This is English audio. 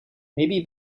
maybe